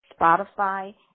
Spotify